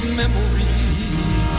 memories